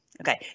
Okay